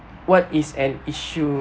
what is an issue